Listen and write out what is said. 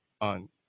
on